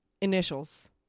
initials